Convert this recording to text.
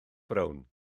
brown